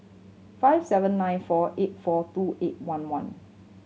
five seven nine four eight four two eight one one